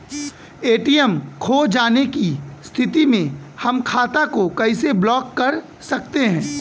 ATM खो जाने की स्थिति में हम खाते को कैसे ब्लॉक कर सकते हैं?